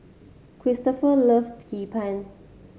Cristofer love Hee Pan